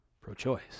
pro-choice